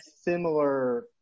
similar